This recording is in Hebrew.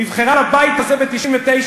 היא נבחרה לבית הזה ב-1999,